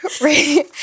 Right